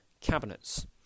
cabinets